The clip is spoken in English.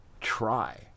try